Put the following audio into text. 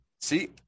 see